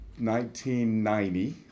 1990